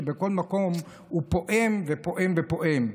הוא פועם ופועם ופועם בכל מקום.